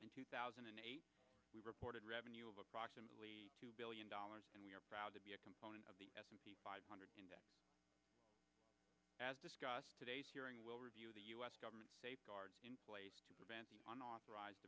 in two thousand and eight we reported revenue of approximately two billion dollars and we are proud to be a component of the s and p five hundred index as discussed today's hearing will review the u s government safeguards in place to prevent an authorized